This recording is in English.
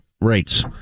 rates